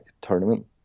tournament